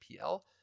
PL